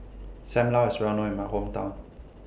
SAM Lau IS Well known in My Hometown